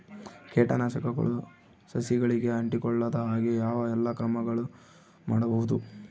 ಕೇಟನಾಶಕಗಳು ಸಸಿಗಳಿಗೆ ಅಂಟಿಕೊಳ್ಳದ ಹಾಗೆ ಯಾವ ಎಲ್ಲಾ ಕ್ರಮಗಳು ಮಾಡಬಹುದು?